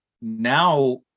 now